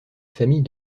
famille